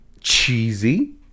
Cheesy